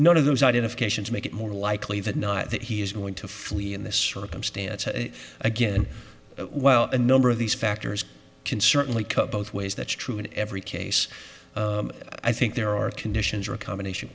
none of those identifications make it more likely that not that he is going to flee in this circumstance again while a number of these factors can certainly cut both ways that's true in every case i think there are conditions or a combination of